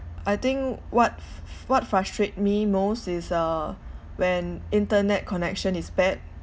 I think what what frustrate me most is uh when internet connection is bad